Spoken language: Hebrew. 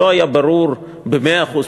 לא היה ברור במאה אחוז,